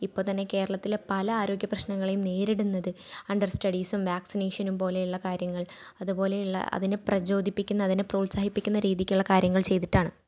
ഇപ്പം തന്നെ കേരളത്തിലെ പല ആരോഗ്യ പ്രശ്നങ്ങളെയും നേരിടുന്നത് അണ്ടർ സ്റ്റഡീസും വാക്സിനേഷനും പോലെയുള്ള കാര്യങ്ങൾ അത് പോലെയുള്ള പ്രചോദിപ്പിക്കുന്ന പ്രോത്സാഹിപ്പിക്കുന്ന രീതിക്കുള്ള കാര്യങ്ങൾ ചെയ്തിട്ടാണ്